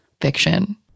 fiction